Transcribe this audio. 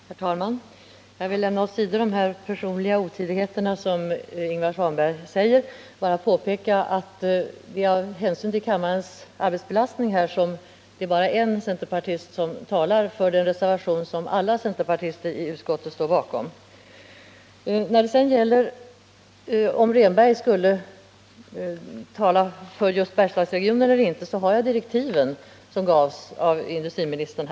Herr talman! Jag vill lämna åt sidan de personliga otidigheterna från Ingvar Svanberg och bara påpeka att det är av hänsyn till kammarens arbetsbelastning som bara en centerpartist talar för den reservation som alla centerpartister i utskottet står bakom. När det gäller frågan huruvida Bertil Rehnberg skulle-få tala för Bergslags regionen eller inte har jag här de direktiv som gavs av industriministern.